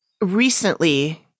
recently –